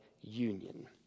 union